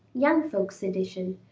young folks' edition,